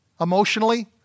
emotionally